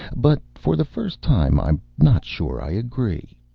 but for the first time i'm not sure i agree.